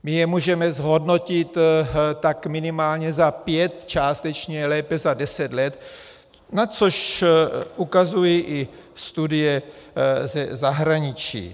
My je můžeme zhodnotit tak minimálně za pět částečně, lépe za deset let, na což ukazují i studie ze zahraničí.